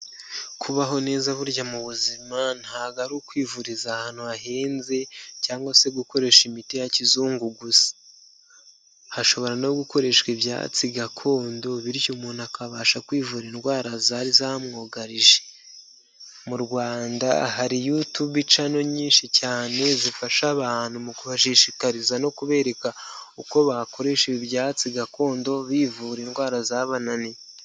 Kubaho neza burya mu buzima ntabwo ari ukwivuriza ahantu hahenze cyangwa se gukoresha imiti ya kizungu gusa, hashobora no gukoreshwa ibyatsi gakondo bityo umuntu akabasha kwivura indwara zari zamwugarije, mu Rwanda hari yutubi cano nyinshi cyane zifasha abantu mu kubashishikariza no kubereka uko bakoresha ibyatsi gakondo bivura indwara zabananiye.